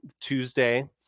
Tuesday